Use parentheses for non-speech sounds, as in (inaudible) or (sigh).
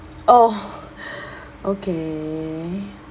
oh (laughs) okay